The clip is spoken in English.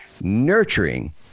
nurturing